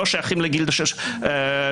לא שייכים לגילדה של שופטים,